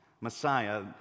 Messiah